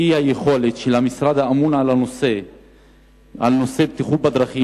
אי-היכולת של המשרד האמון על נושא בטיחות בדרכים